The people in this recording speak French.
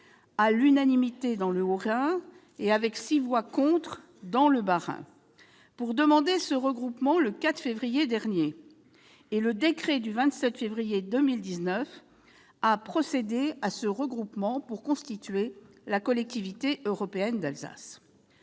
à l'unanimité dans le Haut-Rhin et avec six voix contre dans le Bas-Rhin -, pour demander ce regroupement, le décret du 27 février 2019 a procédé à ce dernier pour constituer la Collectivité européenne d'Alsace.